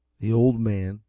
the old man,